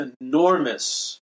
enormous